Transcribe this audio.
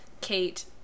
Kate